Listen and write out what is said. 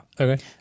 Okay